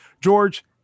George